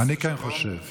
חס ושלום.